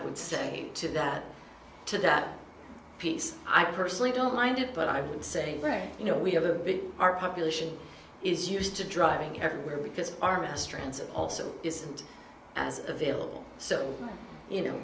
would say to that to that piece i personally don't mind it but i would say right you know we have a big our population is used to driving everywhere because our mass transit also isn't as available so you know